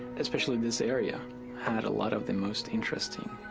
especially this area had a lot of the most interesting